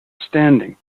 standing